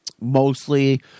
mostly